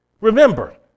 Remember